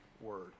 word